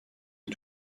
est